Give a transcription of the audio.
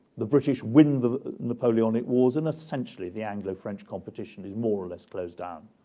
the british win the napoleonic wars and essentially the anglo-french competition is more or less closed down.